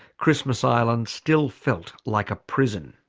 christmas island still felt like a prison.